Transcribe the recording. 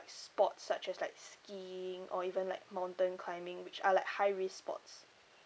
sports such as like skiing or even like mountain climbing which are like high risk sports